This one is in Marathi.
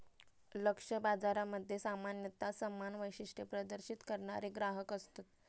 लक्ष्य बाजारामध्ये सामान्यता समान वैशिष्ट्ये प्रदर्शित करणारे ग्राहक असतत